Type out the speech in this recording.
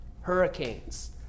hurricanes